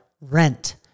rent